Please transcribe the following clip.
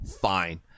Fine